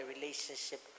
relationship